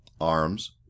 arms